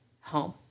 home